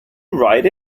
write